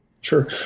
Sure